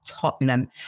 Tottenham